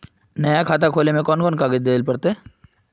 नया खाता खोले में कौन कौन कागज देल पड़ते?